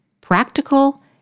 practical